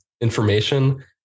information